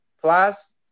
plus